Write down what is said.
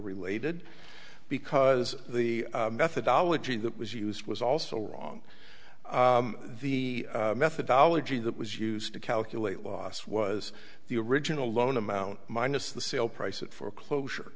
related because the methodology that was used was also wrong the methodology that was used to calculate loss was the original loan amount minus the sale price at foreclosure